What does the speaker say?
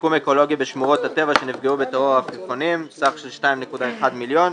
שיקום אקולוגי בשמורות הטבע שנפגעו בטרור העפיפונים סך של 2.1 מיליון.